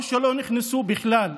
או שלא נכנסו בכלל,